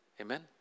Amen